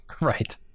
Right